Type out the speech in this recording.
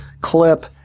clip